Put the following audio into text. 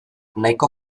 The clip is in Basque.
nahiko